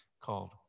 called